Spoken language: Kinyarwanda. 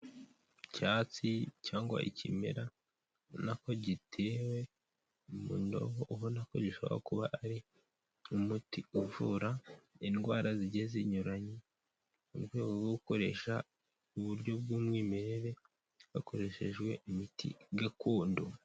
Icyatsi cyangwa ikimera ubonako gitewe mu ndobo, ubona ko gishobora kuba ari umuti uvura indwara zigiye zinyuranye, mu rwego rwo gukoresha uburyo bw'umwimerere hakoreshejwe imiti gakondo.